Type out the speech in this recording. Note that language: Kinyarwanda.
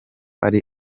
ari